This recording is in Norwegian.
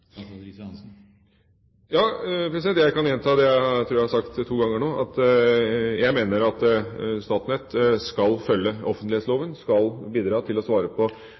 Jeg kan gjenta det jeg tror jeg har sagt to ganger nå. Jeg mener at Statnett skal følge offentlighetsloven, skal bidra til å svare på